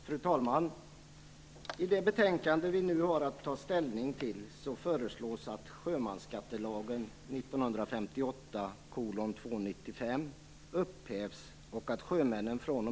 Fru talman! I det betänkande som vi nu har att ta ställning till föreslås att sjömansskattelagen talet.